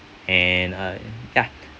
and uh ya